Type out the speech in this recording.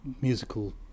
musical